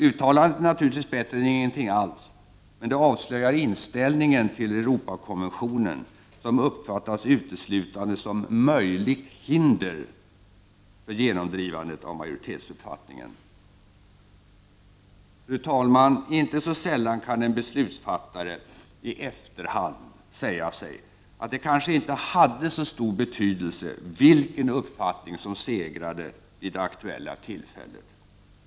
Uttalandet är naturligtvis bättre än ingenting alls — men det avslöjar inställningen till Europakonventionen, som uppfattas uteslutande som möjligt hinder för genomdrivandet av majoritetsuppfattningen. Fru talman! Inte så sällan kan en beslutsfattare, i efterhand, säga sig att det kanske inte hade så stor betydelse vilken uppfattning som segrade vid det aktuella tillfället.